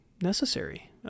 necessary